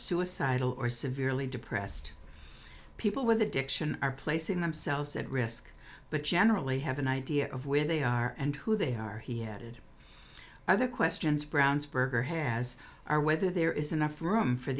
suicidal or severely depressed people with addiction are placing themselves at risk but generally have an idea of when they are and who they are he added other questions brownsburg or has are whether there is enough room for